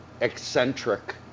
eccentric